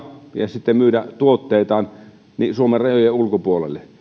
ja sitten myydä tuotteitaan suomen rajojen ulkopuolelle